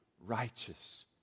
righteous